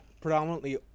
predominantly